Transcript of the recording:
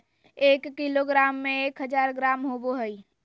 एक किलोग्राम में एक हजार ग्राम होबो हइ